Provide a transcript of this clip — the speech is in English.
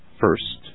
first